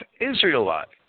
Israelites